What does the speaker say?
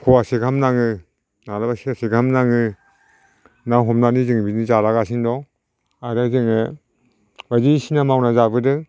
फवासे गाहाम नाङो माब्लाबा सेरसे गाहाम नाङो ना हमनानै जोङो बिदिनो जालागासिनो दं आरो जोङो बायदिसिना मावना जाबोदों